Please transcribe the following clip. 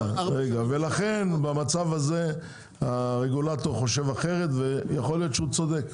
לכן במצב הזה הרגולטור חושב אחרת ויכול להיות שהוא צודק,